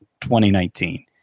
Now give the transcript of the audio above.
2019